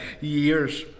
years